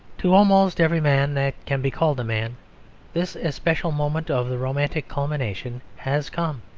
to almost every man that can be called a man this especial moment of the romantic culmination has come.